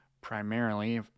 primarily